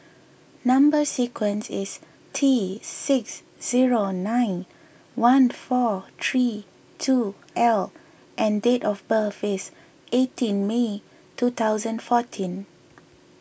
Number Sequence is T six zero nine one four three two L and date of birth is eighteen May two thousand fourteen